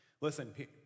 Listen